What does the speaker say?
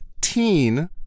Teen